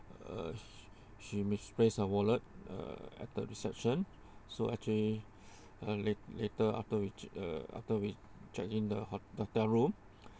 uh she misplace her wallet uh at the reception so actually uh late~ later after we uh after we check in the ho~ hotel room